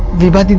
vibha's